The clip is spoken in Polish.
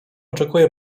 oczekuję